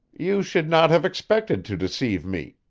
you should not have expected to deceive me,